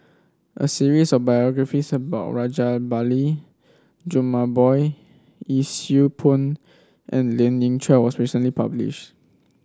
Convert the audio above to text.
a series of biographies about Rajabali Jumabhoy Yee Siew Pun and Lien Ying Chow was recently published